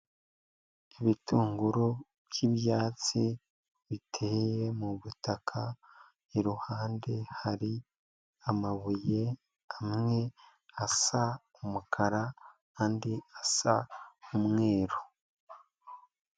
Ibitunguru by'ibyatsi biteye mu butaka iruhande hari amabuye amwe asa umukara andi asa umweru.